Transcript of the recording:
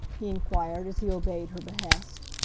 he enquired, as he obeyed her behest.